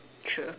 true